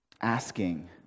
asking